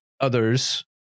others